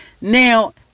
Now